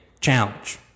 challenge